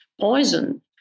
poison